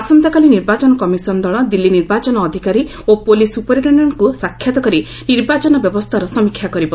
ଆସନ୍ତାକାଲି ନିର୍ବାଚନ କମିଶନ ଦଳ ଦିଲ୍ଲୀ ନିର୍ବାଚନ ଅଧିକାରୀ ଓ ପୋଲିସ ସୁପରିନଟେଶ୍ଡେଣ୍ଟଙ୍କୁ ସାକ୍ଷାତ କରି ନିର୍ବାଚନ ବ୍ୟବସ୍ଥାର ସମୀକ୍ଷା କରିବ